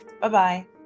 Bye-bye